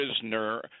prisoner